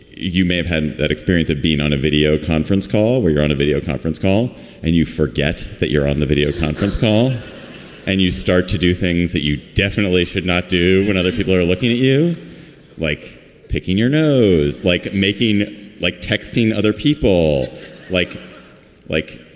you may have had that experience of being on a video conference call where you're on a video conference call and you forget that you're on the video conference call and you start to do things that you definitely should not do when other people are looking at you like picking your nose like making like texting other people like like,